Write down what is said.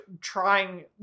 Trying